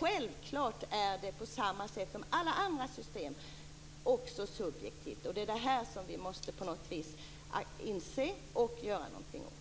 Självfallet är det precis som alla andra system också subjektivt. Det är detta som vi måste inse och göra någonting åt.